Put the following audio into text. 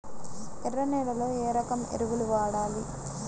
ఎర్ర నేలలో ఏ రకం ఎరువులు వాడాలి?